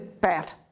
bad